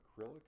acrylic